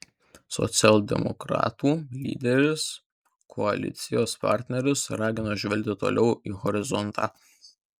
socialdemokratų lyderis koalicijos partnerius ragino žvelgti toliau į horizontą